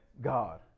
God